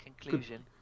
conclusion